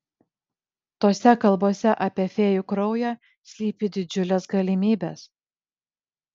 tose kalbose apie fėjų kraują slypi didžiulės galimybės